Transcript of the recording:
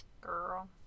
girl